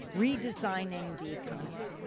redesigning the economy.